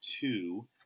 two